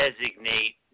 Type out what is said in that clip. designate